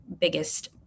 biggest